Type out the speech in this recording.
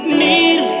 need